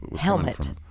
helmet